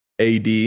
AD